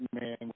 man